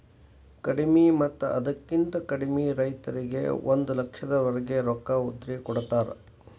ಕಡಿಮಿ ಮತ್ತ ಅದಕ್ಕಿಂತ ಕಡಿಮೆ ರೈತರಿಗೆ ಒಂದ ಲಕ್ಷದವರೆಗೆ ರೊಕ್ಕ ಉದ್ರಿ ಕೊಡತಾರ